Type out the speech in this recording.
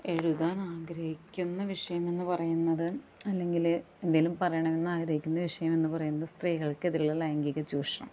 എഴുതാനാഗ്രഹിക്കുന്ന വിഷയമെന്ന് പറയുന്നത് അല്ലെങ്കില് എന്തേലും പറയണമെന്നാഗ്രഹിക്കുന്ന വിഷയമെന്ന് പറയുന്നത് സ്ത്രീകൾക്കെതിരെയുള്ള ലൈംഗീക ചൂഷണം